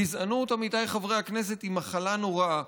גזענות, עמיתיי חברי הכנסת, היא מחלה נוראה.